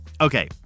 Okay